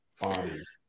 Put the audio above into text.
bodies